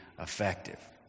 effective